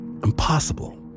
Impossible